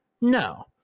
No